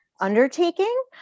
undertaking